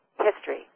history